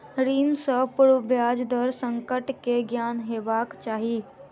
ऋण सॅ पूर्व ब्याज दर संकट के ज्ञान हेबाक चाही